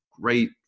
great